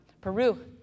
Peru